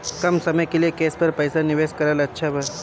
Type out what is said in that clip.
कम समय के लिए केस पर पईसा निवेश करल अच्छा बा?